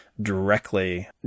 directly